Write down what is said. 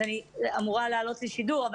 אז אני אמורה לעלות לשידור.